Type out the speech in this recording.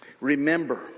remember